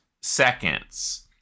seconds